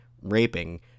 raping